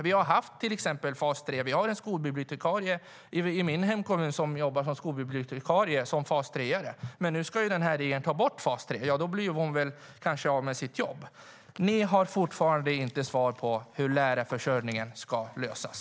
Vi har haft till exempel fas 3, och i min hemkommun har vi en fas 3:are som jobbar som skolbibliotekarie. Nu ska ju regeringen ta bort fas 3, och då blir hon kanske av med sitt jobb. Ni har fortfarande inte något svar på hur lärarförsörjningen ska lösas.